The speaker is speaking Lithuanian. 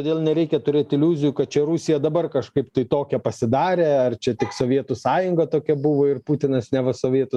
todėl nereikia turėt iliuzijų kad čia rusija dabar kažkaip tai tokia pasidarė ar čia tik sovietų sąjunga tokia buvo ir putinas neva sovietų